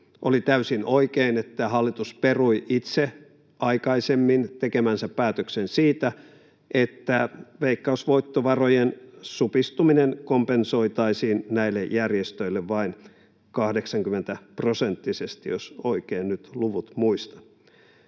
oli täysin oikein, että hallitus perui itse aikaisemmin tekemänsä päätöksen siitä, että veikkausvoittovarojen supistuminen kompensoitaisiin näille järjestöille vain 80-prosenttisesti, jos oikein nyt luvut muistan.